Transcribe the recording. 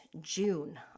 june